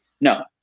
No